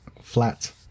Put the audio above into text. flat